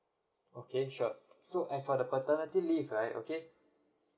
okay sure so as for the paternity leave right okay